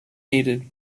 needed